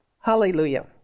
Hallelujah